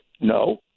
No